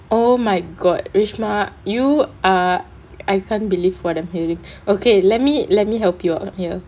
oh my god reshma you are I can't believe what I'm hearing okay let me let me help you out here